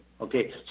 Okay